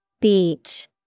Beach